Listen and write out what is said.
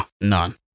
none